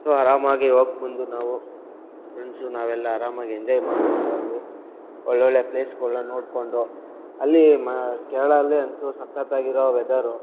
so ಆರಾಮಾಗೇ ಹೋಗಿ ಬಂದು ನಾವು ಫ್ರೆಂಡ್ಸು ನಾವೆಲ್ಲ ಆರಾಮಾಗಿ ಎಂಜಾಯ್ ಮಾಡ್ಕೊಂಡು ಅಲ್ಲಿ ಒಳ್ಳೊಳ್ಳೆ ಪ್ಲೇಸ್ಗಳನ್ನ ನೋಡ್ಕೊಂಡು ಅಲ್ಲಿ ಕೇರಳ ಅಲ್ಲಿ ಅಂತೂ ಸಕ್ಕತ್ ಆಗಿರೋ ವೆದರು